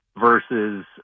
versus